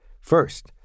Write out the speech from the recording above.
First